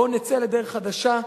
בואו נצא לדרך חדשה,